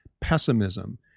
pessimism